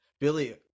Billy